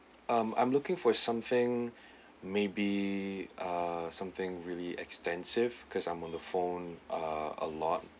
um I'm looking for something maybe uh something really extensive because I'm on the phone uh a lot